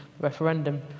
referendum